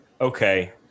okay